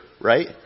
right